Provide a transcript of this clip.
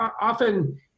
often